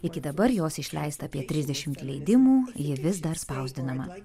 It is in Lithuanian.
iki dabar jos išleista apie trisdešimt leidimų ji vis dar spausdinama